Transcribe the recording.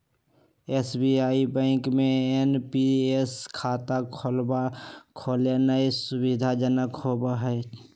SBI bank में NPS खता खोलेनाइ सुविधाजनक होइ छइ